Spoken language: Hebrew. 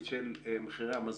יש המון